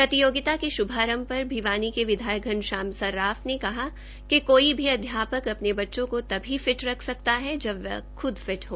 प्रतियोगिता के शुभारंभ पर भिवानी के विधायक घनश्याम सर्राफ ने कहा कि कोई भी अध्यापक अपने बच्चों को तभी फिट रख सकता है जब वह ख्द फिट हो